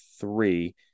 three